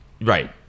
Right